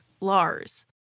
Lars